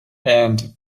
and